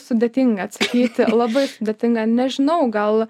sudėtinga atsakyti labai sudėtinga nežinau gal